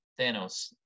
Thanos